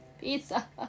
Pizza